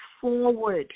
forward